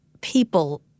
people